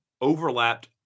overlapped